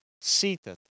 seated